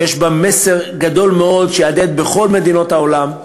שיש בה מסר גדול מאוד, שיהדהד בכל מדינות העולם,